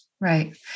Right